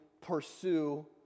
pursue